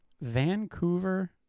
Vancouver